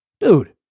Dude